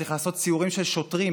צריך לעשות סיורים של שוטרים,